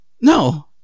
No